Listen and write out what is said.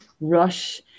rush